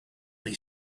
they